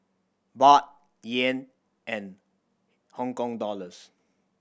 Baht Yen and Hong Kong Dollars